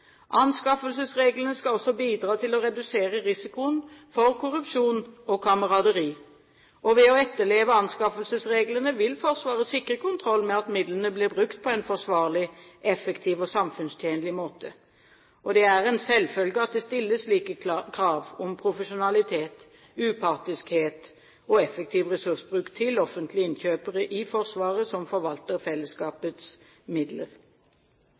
Anskaffelsesreglene skal også bidra til å redusere risikoen for korrupsjon og kameraderi. Ved å etterleve anskaffelsesreglene vil Forsvaret sikre kontroll med at midlene blir brukt på en forsvarlig, effektiv og samfunnstjenlig måte. Det er en selvfølge at det stilles slike krav om profesjonalitet, upartiskhet og effektiv ressursbruk til offentlige innkjøpere i Forsvaret som forvalter fellesskapets midler.